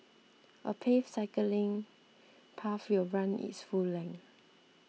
a paved cycling path will run its full length